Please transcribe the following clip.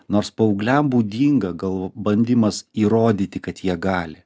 nors paaugliam būdinga gal bandymas įrodyti kad jie gali